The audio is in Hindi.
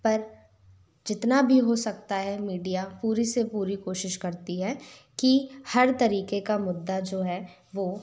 पर जितना भी हो सकता है मीडिया पूरी से पूरी कोशिश करती है की हर तरीके का मुद्दा जो है वो